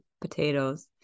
potatoes